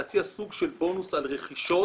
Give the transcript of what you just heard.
להציע סוג של בונוס על רכישות.